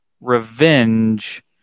Revenge